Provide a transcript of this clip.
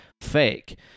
fake